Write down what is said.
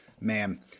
Man